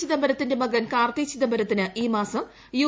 ചിദംബരത്തിന്റെ മകൻ കാർത്തി ചിദംബരത്തിന് ഈ മാസം യു